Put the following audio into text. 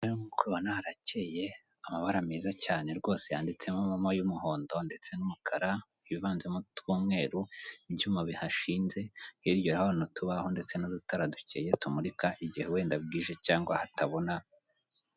Rero nk'uko ubibona harakeye amabara meza cyane rwose yanditse momo y'umuhondo ndetse n'umukara wivanzemo tw'umweru ibyuma bihashinze, hirya urahabona utubaho ndetse n'udutara dukeya tumurika igihe wenda bwije cyangwa hatabona.